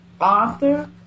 author